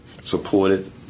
supported